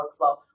workflow